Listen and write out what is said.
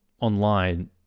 online